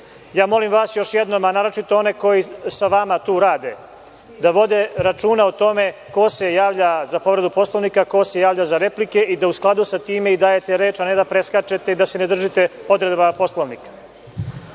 vas još jednom, a naročito one koji sa vama tu rade da vode računa o tome ko se javlja za povredu Poslovnika, ko se javlja za replike i da u skladu sa tim dajete reč, a ne da preskačete i da se ne držite odredaba